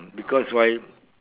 because why